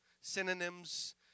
synonyms